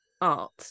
art